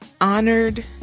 honored